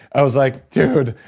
i was like, dude,